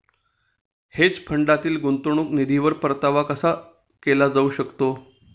Hedge फंडातील गुंतवणूक निधीवर परतावा कसा केला जाऊ शकतो?